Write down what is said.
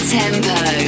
tempo